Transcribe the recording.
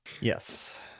Yes